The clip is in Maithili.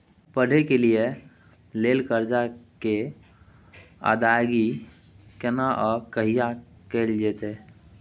पढै के लिए लेल कर्जा के अदायगी केना आ कहिया कैल जेतै?